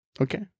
Okay